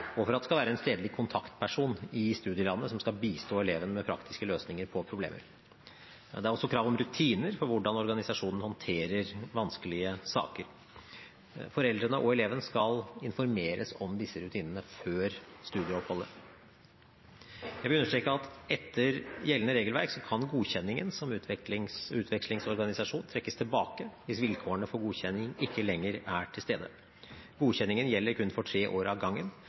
og for at det skal være en stedlig kontaktperson i studielandet som skal bistå eleven med praktiske løsninger på problemer. Det er også krav om rutiner for hvordan organisasjonen håndterer vanskelige saker. Foreldrene og eleven skal informeres om disse rutinene før studieoppholdet. Jeg vil understreke at etter gjeldende regelverk kan godkjenningen som utvekslingsorganisasjon trekkes tilbake hvis vilkårene for godkjenning ikke lenger er til stede. Godkjenningen gjelder kun for tre år av gangen,